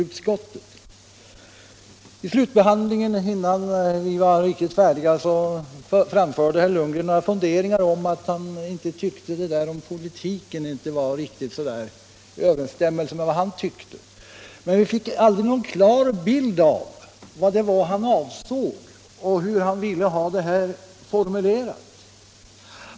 Men under slutbehandlingen — innan vi var riktigt färdiga — framförde herr Lundgren funderingar om att formuleringen när det gäller sambandet med de politiska partierna inte var riktigt i överensstämmelse med hans uppfattning. Men vi fick aldrig någon klar bild av hur han ville ha det hela formulerat.